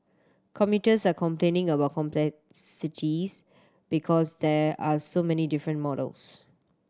commuters are complaining about complexities because there are so many different models